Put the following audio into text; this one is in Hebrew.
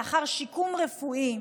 לאחר שיקום רפואי,